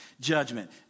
judgment